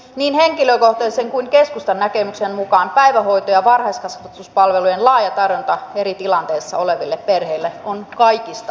niin henkilökohtaisen kuin keskustankin näkemyksen mukaan päivähoito ja varhaiskasvatuspalvelujen laaja tarjonta eri tilanteissa oleville perheille on kaikista tärkeintä